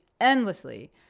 endlessly